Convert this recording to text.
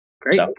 Great